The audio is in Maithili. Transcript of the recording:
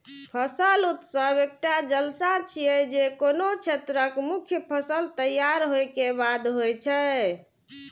फसल उत्सव एकटा जलसा छियै, जे कोनो क्षेत्रक मुख्य फसल तैयार होय के बाद होइ छै